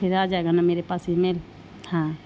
پھر آ جائے گا نا میرے پاس ای میل ہاں